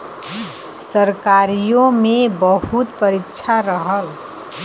सरकारीओ मे बहुत परीक्षा रहल